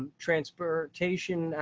um transportation,